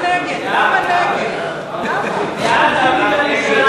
הצעת סיעת העבודה להביע אי-אמון בממשלה